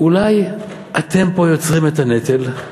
אולי אתם יוצרים את הנטל?